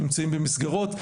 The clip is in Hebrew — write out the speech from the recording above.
נמצאים במסגרות,